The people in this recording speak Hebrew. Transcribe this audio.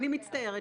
אני מצטערת.